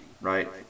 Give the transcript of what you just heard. right